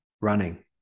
running